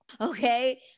okay